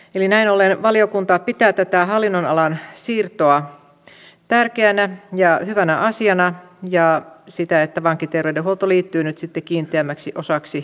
eli näin ollen valiokunta pitää tätä hallinnonalan siirtoa tärkeänä ja hyvänä asiana sitä että vankiterveydenhuolto liittyy nyt sitten kiinteämmäksi osaksi yleistä terveydenhuoltoa